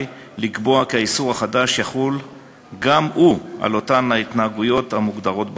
לקבוע כי האיסור החדש יחול גם הוא על אותן ההתנהגויות המוגדרות בחוק.